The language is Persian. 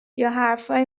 یاحرفایی